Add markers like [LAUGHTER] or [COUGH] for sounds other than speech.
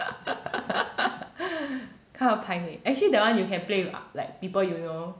[LAUGHS] 看他牌美 actually that one you can play with like people you know